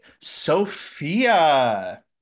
Sophia